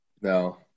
No